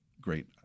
great